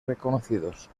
reconocidos